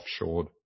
offshored